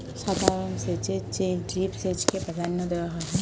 সাধারণ সেচের চেয়ে ড্রিপ সেচকে প্রাধান্য দেওয়া হয়